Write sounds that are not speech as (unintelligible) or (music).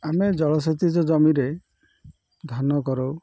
ଆମେ ଜଳ (unintelligible) ଜମିରେ ଧାନ କରାଉ